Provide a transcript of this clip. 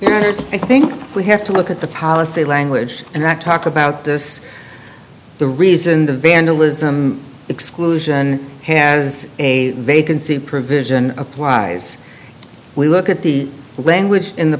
much i think we have to look at the policy language and not talk about this the reason the vandalism exclusion has a vacancy provision applies we look at the language in the